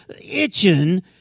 itching